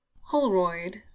Holroyd